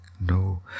no